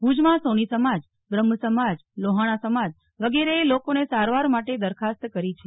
ભુજમાં સોની સમાજ બ્રહ્મ સમાજ લોહાણા સમાજ વગેરે એ લોકોને સારવાર માટે દરખાસ્ત કરી છે